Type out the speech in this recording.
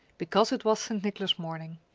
because it was st. nicholas morning.